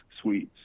suites